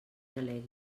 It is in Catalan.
delegui